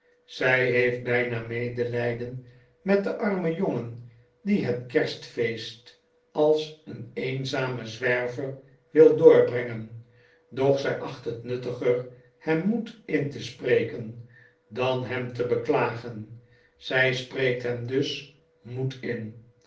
zy heeft byna medelyden met den armen jongen die het kerstfeest als een eenzame zwerver wil doorbrengen doch zy acht het nuttiger hem moed in te spreken dan hem te beklagen zy spreekt hem dus moed in